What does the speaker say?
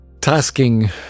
tasking